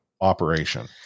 Operation